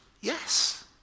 yes